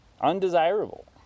undesirable